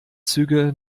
züge